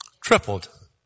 Tripled